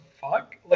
fuck